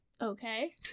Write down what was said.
Okay